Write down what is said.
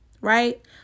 right